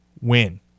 win